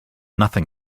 nothing